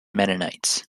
mennonites